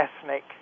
ethnic